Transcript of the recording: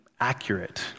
accurate